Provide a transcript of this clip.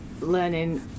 learning